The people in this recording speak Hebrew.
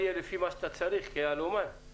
לעומת הדובר הקודם כל הכבוד לך.